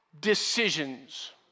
decisions